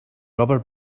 rubber